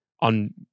on